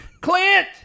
Clint